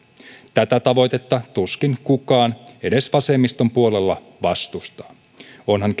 tätä tavoitetta tuskin kukaan edes vasemmiston puolella vastustaa onhan